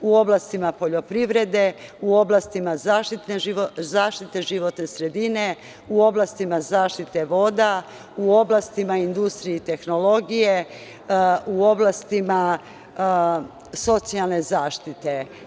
U oblastima poljoprivrede, u oblastima zaštite životne sredine, u oblastima zaštite voda, u oblastima industrije i tehnologije, u oblastima socijalne zaštite.